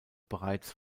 bereits